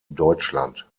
deutschland